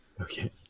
Okay